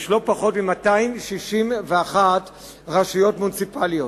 יש לא פחות מ-261 רשויות מוניציפליות.